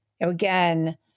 again